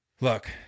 Look